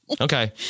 Okay